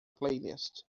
playlist